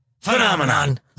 Phenomenon